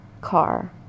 car